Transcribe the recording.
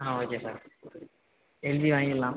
ஆ okay sir எல்ஜியே வாங்கில்லாம்